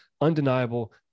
undeniable